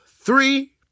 three